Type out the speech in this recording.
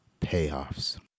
payoffs